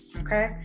Okay